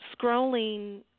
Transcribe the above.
scrolling